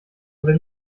oder